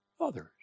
others